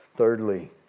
Thirdly